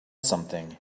something